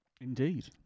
Indeed